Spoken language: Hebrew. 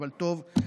אבל טוב,